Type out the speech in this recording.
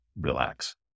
relax